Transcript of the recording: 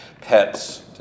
Pets